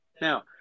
Now